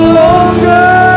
longer